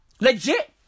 Legit